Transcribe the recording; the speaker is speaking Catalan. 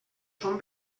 són